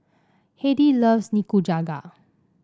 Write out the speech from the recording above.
Hedy loves Nikujaga